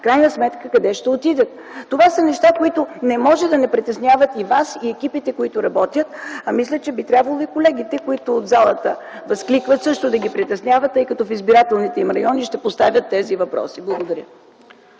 крайна сметка къде ще отидат. Това са неща, които не може да не притесняват и Вас, и екипите, които работят, мисля, че би трябвало и колегите, които от залата възкликват, също да ги притеснява, тъй като в избирателните им райони ще се поставят тези въпроси. Благодаря.